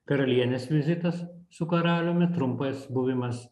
karalienės vizitas su karaliumi trumpas buvimas